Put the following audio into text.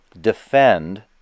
defend